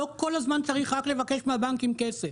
לא כל הזמן צריך רק לבקש מהבנקים כסף.